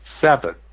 Seven